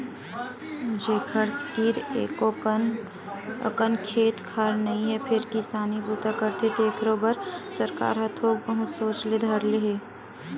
जेखर तीर एको अकन खेत खार नइ हे फेर किसानी बूता करथे तेखरो बर सरकार ह थोक बहुत सोचे ल धर ले हे